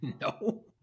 No